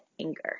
anger